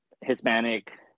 Hispanic